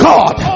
God